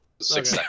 Six